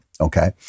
Okay